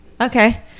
Okay